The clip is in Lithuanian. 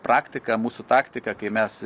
praktika mūsų taktika kai mes